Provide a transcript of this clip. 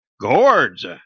Gourds